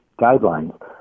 guidelines